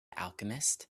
alchemist